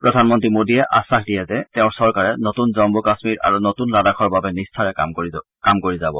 প্ৰধানমন্ত্ৰী মোদীয়ে আশ্বাস দিয়ে যে তেওঁৰ চৰকাৰে নতূন জম্মু কাম্মীৰ আৰু নতুন লাডাখৰ বাবে নিষ্ঠাৰে কাম কৰিব যাব